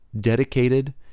dedicated